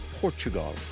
Portugal